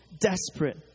desperate